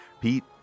Pete